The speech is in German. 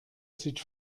sieht